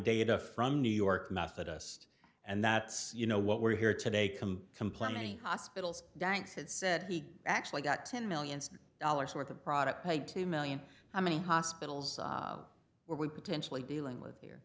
data from new york methodist and that's you know what we're here today come complaining hospitals danks it said he actually got ten million dollars worth of product paid two million i mean hospitals where we potentially dealing with here